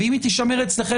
ואם היא תישמר אצלכם,